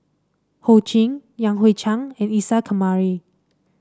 Ho Ching Yan Hui Chang and Isa Kamari